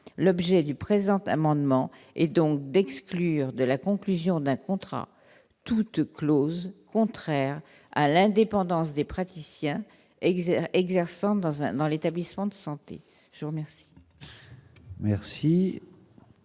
l'objet du présent amendement et donc d'exclure de la conclusion d'un contrat toute clause contraire à l'indépendance des praticiens exercent exerçant dans un dans l'établissement de santé. Sans merci,